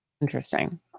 Interesting